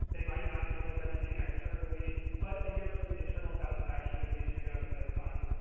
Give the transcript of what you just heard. they might not give us anything externally. but they give us some internal satisfaction, and we do them, and they're fun.